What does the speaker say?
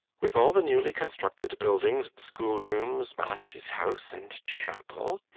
with all the newly constructed buildings, schoolrooms, master's house, and chapel.